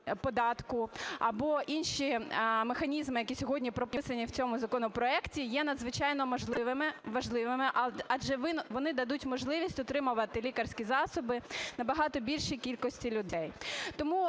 або інші механізми, які сьогодні прописані в цьому законопроекті, є надзвичайно важливими, адже вони дадуть можливість отримувати лікарські засоби набагато більшій кількості людей.